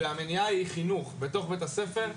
והמניעה היא חינוך בתוך בית הספר,